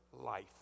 life